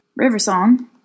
Riversong